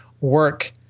work